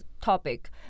topic